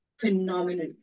phenomenal